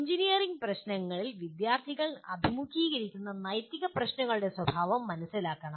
engineering പരിശീലനങ്ങളിൽ വിദ്യാർത്ഥികൾ അഭിമുഖീകരിക്കുന്ന നൈതിക പ്രശ്നങ്ങളുടെ സ്വഭാവം മനസ്സിലാക്കണം